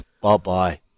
bye-bye